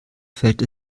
fällt